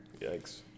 Yikes